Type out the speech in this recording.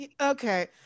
okay